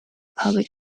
public